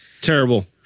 Terrible